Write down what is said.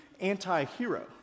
anti-hero